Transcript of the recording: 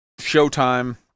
Showtime